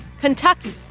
Kentucky